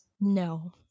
no